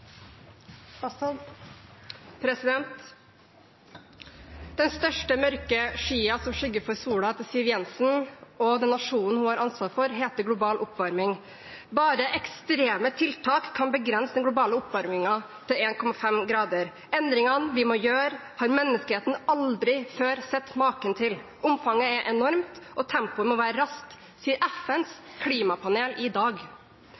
Den største mørke skyen som skygger for solen til Siv Jensen og den nasjonen hun har ansvar for, heter global oppvarming. Bare ekstreme tiltak kan begrense den globale oppvarmingen til 1,5 grader. Endringene vi må gjøre, har menneskeheten aldri før sett maken til. Omfanget er enormt, og tempoet må være raskt. Det sier FNs klimapanel i dag.